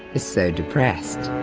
is so depressed.